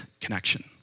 connection